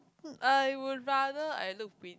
I would rather I look pret~